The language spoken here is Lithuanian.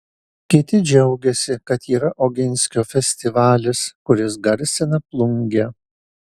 kiti džiaugiasi kad yra oginskio festivalis kuris garsina plungę